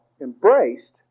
embraced